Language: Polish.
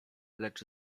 lecz